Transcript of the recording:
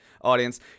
audience